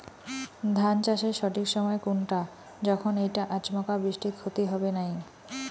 ধান চাষের সঠিক সময় কুনটা যখন এইটা আচমকা বৃষ্টিত ক্ষতি হবে নাই?